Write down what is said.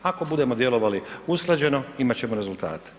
Ako budemo djelovali usklađeno, imat ćemo rezultate.